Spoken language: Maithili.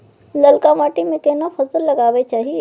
ललका माटी में केना फसल लगाबै चाही?